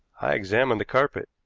i examined the carpet.